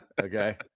Okay